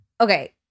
Okay